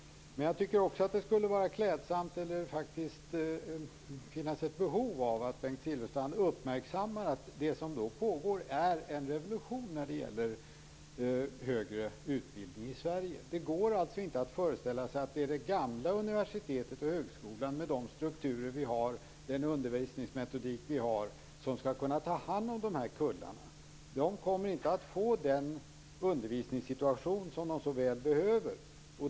Men jag tycker också att det finns ett behov av att Bengt Silfverstrand uppmärksammar att det som då pågår är en revolution när det gäller högre utbildning i Sverige. Det går alltså inte att föreställa sig att det är det gamla universitetet och den gamla högskolan med de strukturer och den undervisningsmetodik vi har som skall kunna ta hand om dessa kullar. De kommer inte att få den undervisningssituation som de så väl behöver.